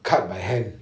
cut by hand